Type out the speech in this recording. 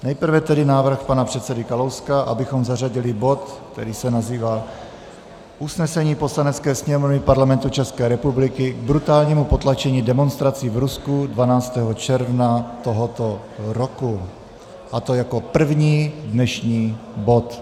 Nejprve tedy návrh pana předsedy Kalouska, abychom zařadili bod, který se nazývá Usnesení Poslanecké sněmovny Parlamentu České republiky k brutálnímu potlačení demonstrací v Rusku 12. června tohoto roku, a to jako první dnešní bod.